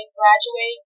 graduate